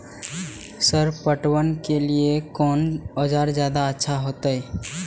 Sir पटवन के लीऐ कोन औजार ज्यादा अच्छा होते?